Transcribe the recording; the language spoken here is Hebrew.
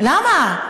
למה?